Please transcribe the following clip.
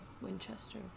Winchester